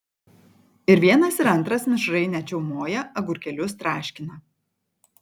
ir vienas ir antras mišrainę čiaumoja agurkėlius traškina